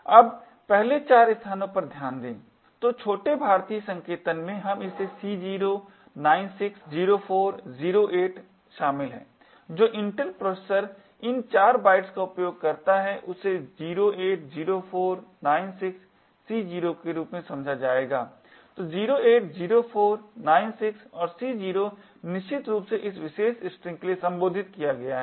अब पहले 4 स्थानों पर ध्यान दें तो छोटे भारतीय संकेतन में उसमें C0 96 04 08 शामिल है जो Intel प्रोसेसर इन 4 बाइट्स का उपयोग करता है उसे 08 04 96 C0 के रूप में समझा जाएगा तो 08 04 96 और C0 निश्चित रूप से इस विशेष स्ट्रिंग के लिए संबोधित किया गया है